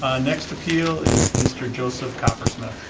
next appeal is mr. joseph coppersmith.